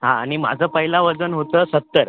हां आणि माझं पहिलं वजन होतं सत्तर